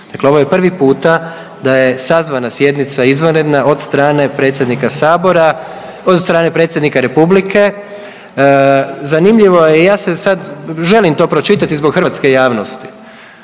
Dakle ovo je prvi puta da je sazvana sjednica izvanredna od strane predsjednika Sabora, od strane predsjednika Republike. Zanimljivo je, ja se sad želim to pročitati zbog hrvatske javnosti.